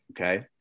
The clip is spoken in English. Okay